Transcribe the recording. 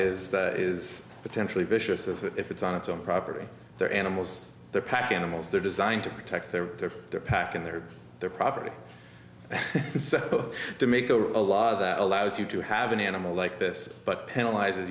is that is potentially vicious as if it's on its own property their animals their pack animals they're designed to protect their turf their packing their their property to make a law that allows you to have an animal like this but penalize